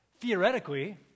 theoretically